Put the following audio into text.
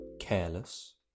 Careless